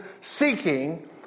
seeking